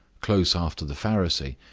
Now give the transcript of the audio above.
close after the pharisee,